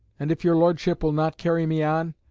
and if your lordship will not carry me on,